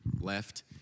left